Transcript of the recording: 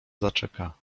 zaczeka